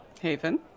Haven